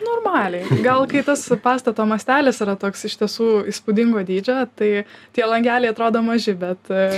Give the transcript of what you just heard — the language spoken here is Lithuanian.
normaliai gal kai tas pastato mastelis yra toks iš tiesų įspūdingo dydžio tai tie langeliai atrodo maži bet